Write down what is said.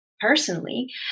personally